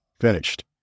finished